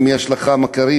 אם יש לך מכרים,